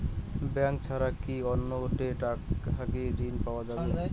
Bank ছাড়া কি অন্য টে থাকি ঋণ পাওয়া যাবে?